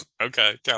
Okay